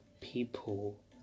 people